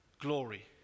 Glory